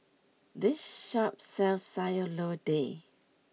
this shop sells Sayur Lodeh